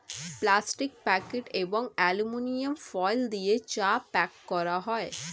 plastic packet এবং aluminium foil দিয়ে চা প্যাক করা হয়